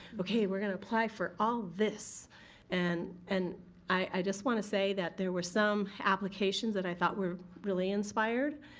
okay, we're gonna apply for all this and and i just wanna say that there were some applications that i thought were really inspired.